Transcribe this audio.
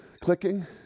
Clicking